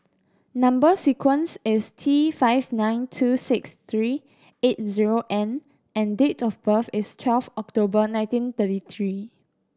number sequence is T five nine two six three eight zero N and date of birth is twelve October nineteen thirty three